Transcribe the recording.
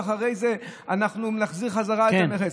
ואחרי זה אנחנו נחזיר בחזרה את המכס.